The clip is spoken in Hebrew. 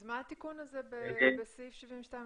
מה נועד להשיג התיקון הזה בסעיף 72?